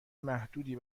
محدودی